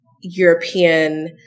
European